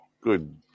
Good